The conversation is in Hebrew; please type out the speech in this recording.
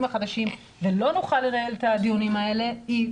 החדשים ולא נוכל לנהל את הדיונים האלה היא,